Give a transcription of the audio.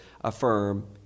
affirm